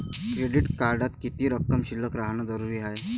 Credit कार्डात किती रक्कम शिल्लक राहानं जरुरी हाय?